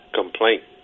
complaint